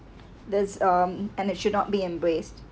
there's um and it should not be embraced